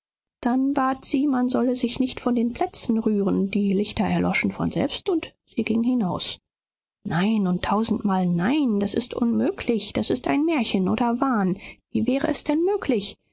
dann bat sie man solle sich nicht von den plätzen rühren die lichter erloschen von selbst und sie ging hinaus nein und tausendmal nein das ist unmöglich das ist ein märchen oder wahn wie wäre es denn möglich